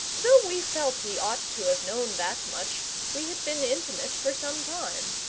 though we felt he ought to have known that much we had been intimate for some time.